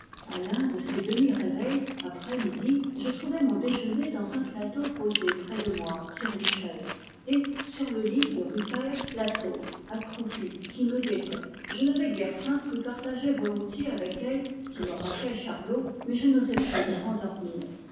a l'un de ces demi réveils après midi je trouvai mon déjeuner dans un plateau posé près de moi sur une chaise et sur le lit de rupert la taupe accroupie qui me guettait je n'avais guère faim et partageai volontiers avec elle qui me rappelait charlot mais je n'osai plus me rendormir